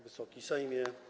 Wysoki Sejmie!